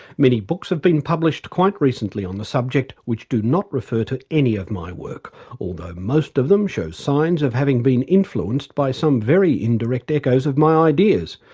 many books have been published quite recently on the subject which do not refer to any of my work although most of them show signs of having been influenced by some very indirect echoes of my ideas,